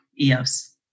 EOS